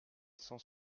cent